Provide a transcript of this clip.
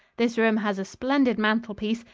this room has a splendid mantel-piece,